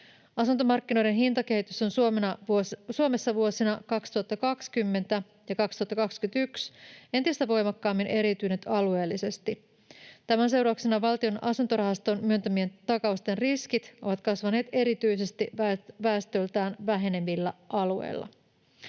Asuntomarkkinoiden hintakehitys on Suomessa vuosina 2020 ja 2021 entistä voimakkaammin eriytynyt alueellisesti. Tämän seurauksena Valtion asuntorahaston myöntämien takausten riskit ovat kasvaneet erityisesti väestöltään vähenevillä alueilla.